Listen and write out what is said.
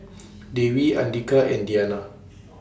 Dewi Andika and Diyana